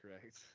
correct